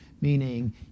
meaning